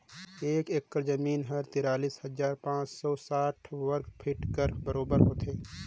एक एकड़ जमीन ह तिरालीस हजार पाँच सव साठ वर्ग फीट कर बरोबर होथे